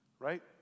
Right